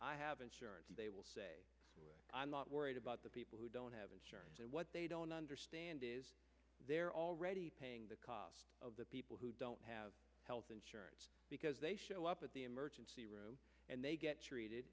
i have insurance and they will say i'm not worried about the people who don't have insurance and what they don't understand is they're already paying the cost of the people who don't have health insurance because they show up at the emergency room and they get treated